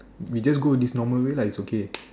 we just go this normal way lah it's okay